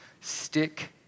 stick